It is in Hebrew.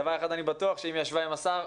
דבר אחד אני בטוח שאם היא ישבה עם השר,